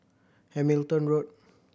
Hamilton Road